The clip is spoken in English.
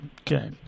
Okay